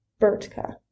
Bertka